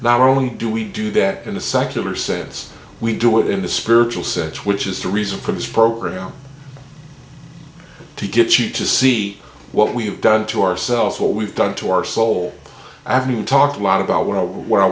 not only do we do that in the secular sense we do it in the spiritual sets which is the reason for this program to get you to see what we've done to ourselves what we've done to our soul ave talked a lot about where i want